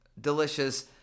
Delicious